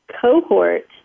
cohort